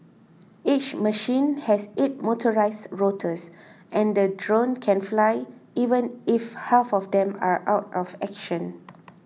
each machine has eight motorised rotors and the drone can fly even if half of them are out of action